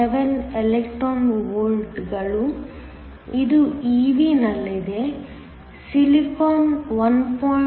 7 electron volt ಗಳು ಇದು ev ನಲ್ಲಿದೆ ಸಿಲಿಕಾನ್ 1